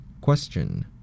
Question